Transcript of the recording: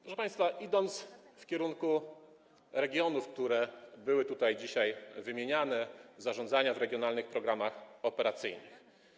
Proszę państwa, co do regionów, które były tutaj dzisiaj wymieniane, zarządzania w regionalnych programach operacyjnych.